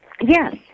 Yes